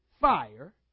fire